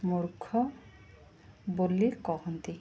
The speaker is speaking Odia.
ମୂର୍ଖ ବୋଲି କହନ୍ତି